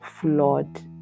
flawed